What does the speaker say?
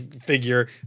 figure